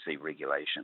regulation